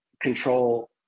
control